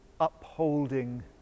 upholding